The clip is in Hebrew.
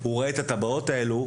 הוא רואה את הטבעות האלה,